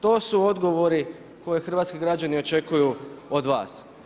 To su odgovori koje hrvatski građani očekuju od vas.